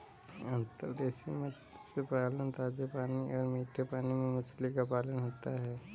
अंतर्देशीय मत्स्य पालन ताजे पानी और मीठे पानी में मछली का पालन है